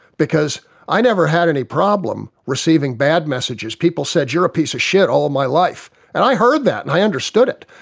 because i never had any problem receiving bad messages, people said you're a piece of shit all my life, and i heard that and i understood it,